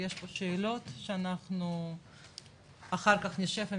יש פה שאלות שאנחנו אחר כך נישב עם